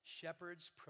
Shepherds